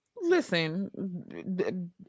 Listen